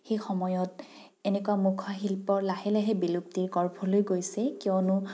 সেই সময়ত এনেকুৱা মুখাশিল্প লাহে লাহে বিলুপ্তিৰ গৰ্ভলৈ গৈছে কিয়নো